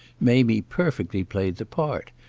mamie perfectly played the part,